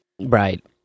Right